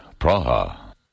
Praha